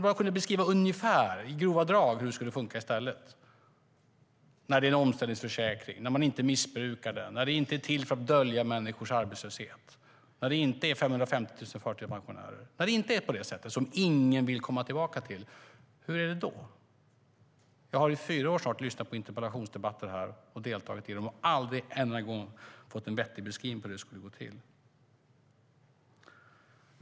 Kan ni beskriva, i grova drag, hur det ska fungera när sjukförsäkringen är en omställningsförsäkring, när man inte missbrukar den, när den inte är till för att dölja människors arbetslöshet och när det inte är 550 000 förtidspensionärer. När det inte är på det sättet som ingen vill komma tillbaka till, hur är det då? Jag har i snart fyra år lyssnat på och deltagit i interpellationsdebatter här och har inte en enda gång fått en vettig beskrivning på hur det skulle gå till.